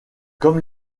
comme